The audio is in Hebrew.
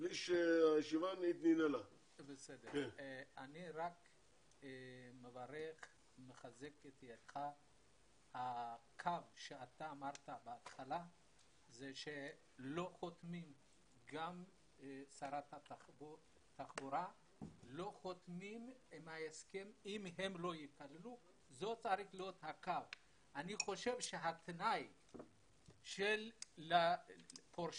הישיבה ננעלה בשעה 09:52.